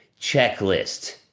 Checklist